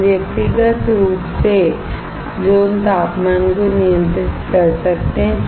हम व्यक्तिगत रूप से ज़ोन तापमान को नियंत्रित कर सकते हैं